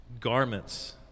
garments